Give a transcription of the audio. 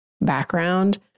background